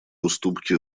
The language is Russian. уступки